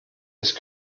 ist